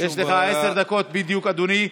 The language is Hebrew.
יש לך עשר דקות בדיוק, אדוני.